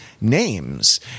names